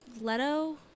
Leto